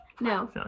No